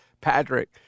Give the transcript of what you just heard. Patrick